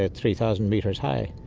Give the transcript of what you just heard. ah three thousand metres high.